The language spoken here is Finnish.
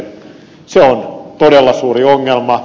se on todella suuri ongelma